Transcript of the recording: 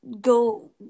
go